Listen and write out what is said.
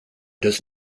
does